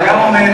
אתה גם עומד,